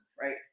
Right